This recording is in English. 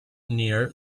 near